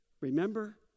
Remember